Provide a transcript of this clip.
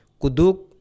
kuduk